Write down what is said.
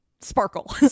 sparkle